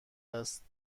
است